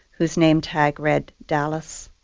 whose name tag read dallas.